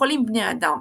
יכולים בני האדם,